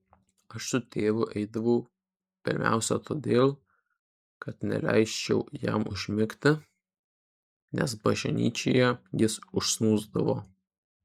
aš su tėvu eidavau pirmiausia todėl kad neleisčiau jam užmigti nes bažnyčioje jis užsnūsdavo